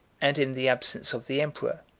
and in the absence of the emperor,